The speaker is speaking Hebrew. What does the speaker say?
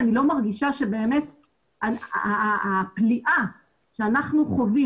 אני לא מרגישה שבאמת הפליאה שאנחנו חווים,